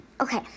Okay